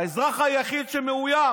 האזרח היחיד שמאוים.